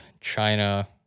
China